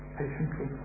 patiently